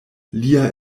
lia